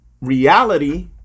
reality